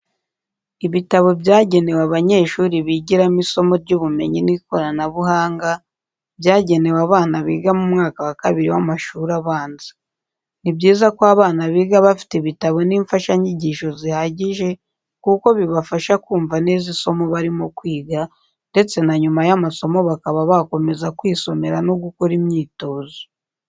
Ibitabo byanegewe abanyeshuri bigiramo isomo ry'ubumenyi n'ikoranabuhanga, byagenewe abana biga mu mwaka wa kabiri w'amashuri abanza. Ni byiza ko abana biga bafite ibitabo n'imfashanyigisho zihagije kuko bibafasha kumva neza isomo barimo kwiga, ndetse na nyuma y'amasomo bakaba bakomeza kwisomera no gukora imyitozo.